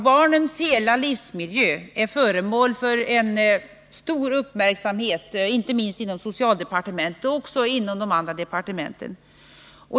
Barnens hela livsmiljö är föremål för stor uppmärksamhet, inte minst inom socialdepartementet, men också inom de andra departementen.